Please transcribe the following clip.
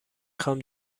خوام